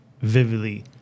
vividly